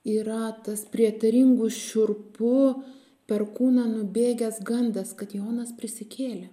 yra tas prietaringų šiurpu per kūną nubėgęs gandas kad jonas prisikėlė